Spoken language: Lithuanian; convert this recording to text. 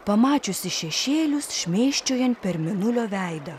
pamačiusi šešėlius šmėsčiojant per mėnulio veidą